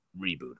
reboot